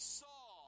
saw